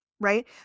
right